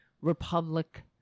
republic